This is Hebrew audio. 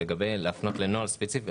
לגבי הפניה לנוהל ספציפי,